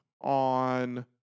on